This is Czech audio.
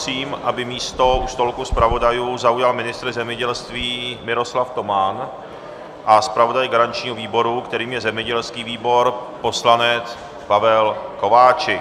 Prosím, aby místo u stolku zpravodajů zaujali ministr zemědělství Miroslav Toman a zpravodaj garančního výboru, kterým je zemědělský výbor, poslanec Pavel Kováčik.